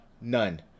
None